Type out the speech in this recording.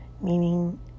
meaning